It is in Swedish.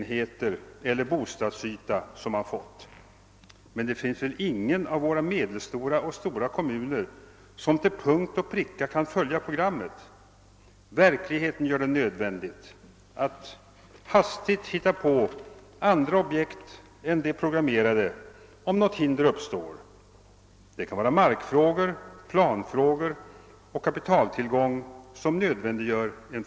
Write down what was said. Det finns faktiskt kommuner som tidigare har utarbetat egna system för ekonomisk långtidsplanering, och Kommunförbundet liksom dess föregångare, särskilt på den landskommunala sidan, har långvarig praktik i de avseendena. Hur en kommun skall upprätta sin ekonomiska långtidsplan är och bör för bli en kommunal angelägenhet.